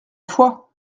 fois